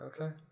Okay